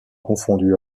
confondu